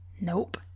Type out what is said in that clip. Nope